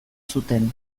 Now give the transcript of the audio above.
zuten